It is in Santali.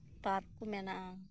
ᱯᱟᱨᱠ ᱠᱩ ᱢᱮᱱᱟᱜ ᱟ